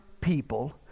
people